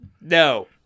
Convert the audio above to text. No